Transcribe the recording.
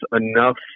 enough